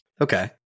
Okay